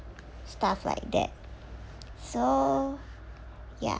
stuff like that so ya